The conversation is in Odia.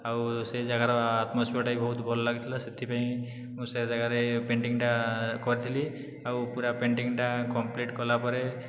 ଆଉ ସେ ଜାଗାର ଆଟ୍ମୋସ୍ଫୀୟର୍ଟା ବି ବହୁତ ଭଲ ଲାଗିଥିଲା ସେଥିପାଇଁ ମୁଁ ସେ ଜାଗାରେ ପେଣ୍ଟିଙ୍ଗ୍ଟା କରିଥିଲି ଆଉ ପୂରା ପେଣ୍ଟିଙ୍ଗ୍ଟା କମ୍ପ୍ଲିଟ୍ କଲାପରେ